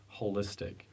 holistic